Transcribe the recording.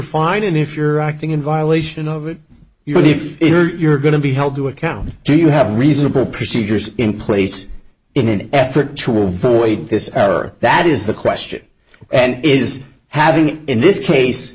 fine and if you're acting in violation of it you could if you're going to be held to account do you have reasonable procedures in place in an effort to avoid this error that is the question and is having in this case